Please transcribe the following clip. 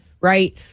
Right